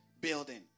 building